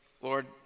Lord